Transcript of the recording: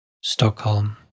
Stockholm